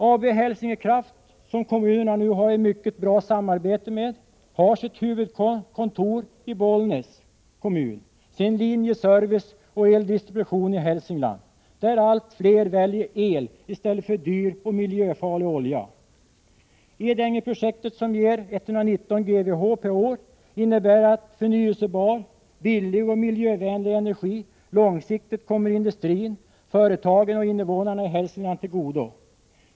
AB Hälsingekraft, som kommunerna nu har ett mycket bra samarbete med, har sitt huvudkontor i Bollnäs och sin linjeservice och eldistribution i Hälsingland, där allt fler väljer el i stället för Edängeprojektet som ger 119 GWh/år innebär att förnyelsebar, billig och miljövänlig energi långsiktigt kommer industrin, företagen och innevånarna i Hälsingland till godo.